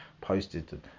posted